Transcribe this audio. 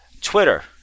Twitter